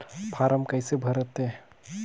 Form कइसे भरते?